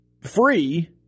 free